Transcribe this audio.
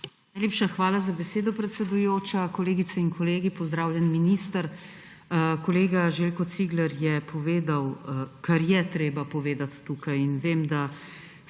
Najlepša hvala za besedo, predsedujoča. Kolegice in kolegi, pozdravljeni, minister! Kolega Željko Cigler je povedal, kar je treba povedati tukaj. In vem, da